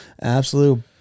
absolute